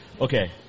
Okay